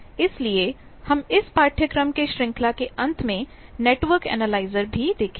इसलिए हम इस पाठ्यक्रम की श्रृंखला के अंत में नेटवर्क एनालाइजर भी देखेंगे